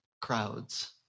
crowds